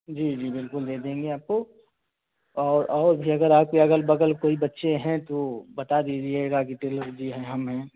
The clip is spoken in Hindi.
जी जी बिलकुल दे देंगे आपको और और भी अगर आप भी अग़ल बग़ल कोई बच्चे हैं तो बता दीजिएगा कि टेलर जी हैं हम हैं